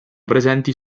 presenti